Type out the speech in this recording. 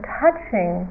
touching